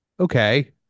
okay